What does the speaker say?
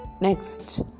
Next